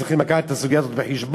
צריכים לקחת את הסוגיה הזאת בחשבון.